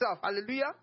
Hallelujah